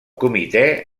comitè